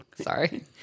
Sorry